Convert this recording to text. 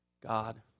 God